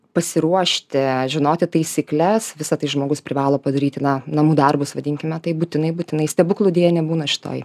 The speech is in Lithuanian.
pasiruošti žinoti taisykles visa tai žmogus privalo padaryti na namų darbus vadinkime taip būtinai būtinai stebuklų deja nebūna šitoj